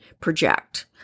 project